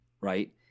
right